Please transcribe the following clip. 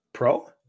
Pro